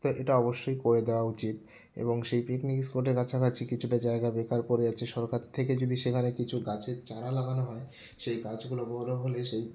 তো এটা অবশ্যই করে দেওয়া উচিত এবং সেই পিকনিক স্পটের কাছাকাছি কিছুটা জায়গা বেকার পড়ে আছে সরকার থেকে যদি সেখানে কিছু গাছের চারা লাগানো হয় সেই গাছগুলো বড়ো হলে সেই